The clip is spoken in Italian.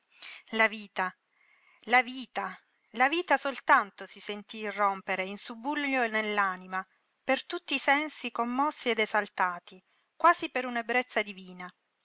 la vita la vita la vita soltanto si sentí irrompere in subbuglio nell'anima per tutti i sensi commossi ed esaltati quasi per un'ebbrezza divina